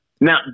Now